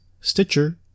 Stitcher